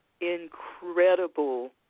incredible